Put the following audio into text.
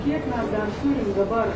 kiek mes dar turim dabar